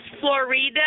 Florida